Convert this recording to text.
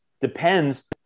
depends